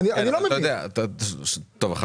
אתה יודע מה יקרה.